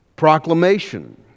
proclamation